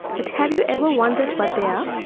but have you ever wondered what they are?